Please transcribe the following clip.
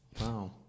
Wow